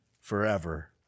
forever